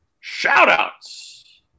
shout-outs